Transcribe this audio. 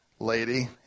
lady